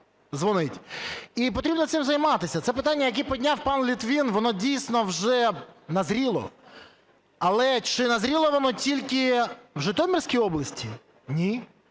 і потрібно цим займатися. Це питання, яке підняв пан Литвин, воно, дійсно, вже назріло. Але чи назріло воно тільки в Житомирській області? Ні.